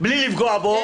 בלי לפגוע בו,